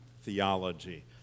theology